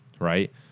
right